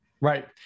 Right